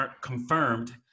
confirmed